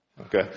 Okay